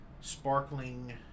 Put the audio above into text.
sparkling